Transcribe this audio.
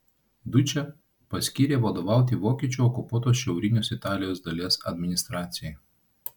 dučę paskyrė vadovauti vokiečių okupuotos šiaurinės italijos dalies administracijai